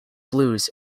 blues